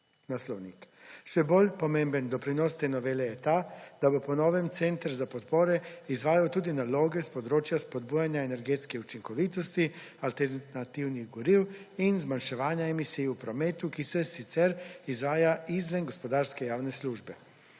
naslovnik. Še bolj pomemben doprinos te novele je ta, da bo po novem Center za podpore izvajal tudi naloge s področja spodbujanja energetske učinkovitosti, alternativnih goriv in zmanjševanja emisij v prometu, ki se sicer izvaja izven gospodarske javne službe.